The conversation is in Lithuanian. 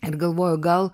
ir galvoju gal